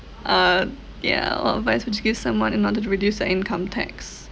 uh yeah what advice would you give someone in order to reduce their income tax